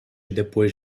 depois